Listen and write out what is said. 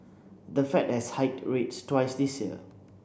the Fed has hiked rates twice this year